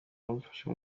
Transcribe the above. namufashe